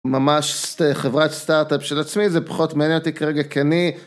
ממש חברת סטארט-אפ של עצמי, זה פחות מעניין אותי כרגע, כי אני...